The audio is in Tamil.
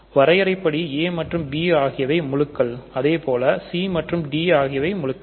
வரையறைப்படி a மற்றும் b ஆகியவை முழுக்கள் அதேபோல் c மற்றும் d ஆகியவை முழுக்கள்